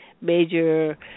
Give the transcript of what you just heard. major